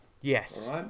Yes